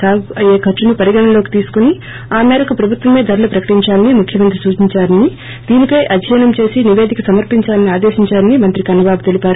సాగుకు అయ్యే ఖర్సును పరిగణనలోకి తీసుకుని ఆ మేరకు ప్రభుత్వమే ధరలు ప్రకటించాలని ముఖ్యమంత్రి సూచించారని దీనిపై అధ్యయనం చేసి నిపేదిక సమర్పించాలని ఆదేశించారని మంత్రి కన్న బాబు చెప్పారు